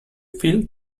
feel